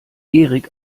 erik